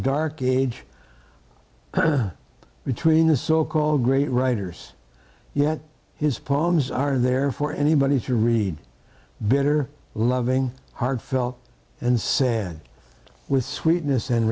dark age between the so called great writers yet his poems are there for anybody to read better loving heartfelt and sad with sweetness and